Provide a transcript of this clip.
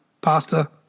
pasta